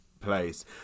place